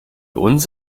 uns